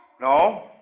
No